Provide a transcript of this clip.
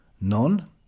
None